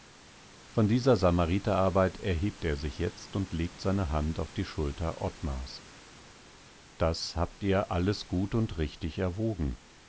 von dieser samariterarbeit erhebt er sich jetzt und legt seine hand auf die schulter ottmars das habt ihr alles gut und richtig erwogen